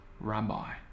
rabbi